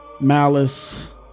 malice